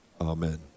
Amen